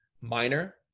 minor